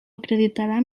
acreditarà